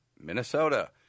Minnesota